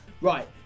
Right